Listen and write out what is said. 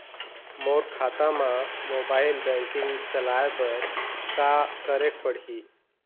मोर खाता मा mobile banking चलाए बर का करेक पड़ही?